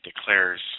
declares